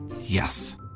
Yes